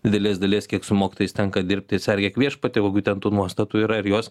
didelės dalies kiek su mokytojais tenka dirbti sergėk viešpatie kokių ten tų nuostatų yra ir jos